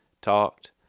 talked